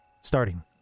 Starting